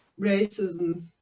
racism